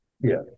Yes